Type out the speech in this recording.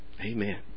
Amen